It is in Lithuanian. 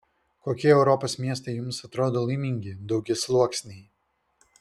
kokie europos miestai jums atrodo laimingi daugiasluoksniai